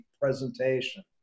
presentation